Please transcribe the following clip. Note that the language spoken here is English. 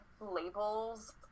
labels